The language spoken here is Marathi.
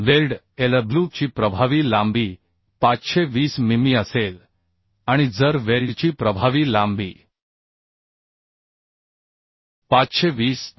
वेल्ड Lw ची प्रभावी लांबी 520 मिमी असेल आणि जर वेल्डची प्रभावी लांबी 520 मि